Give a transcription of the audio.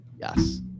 Yes